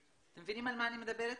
אתם מבינים על מה אתם מדברים פה?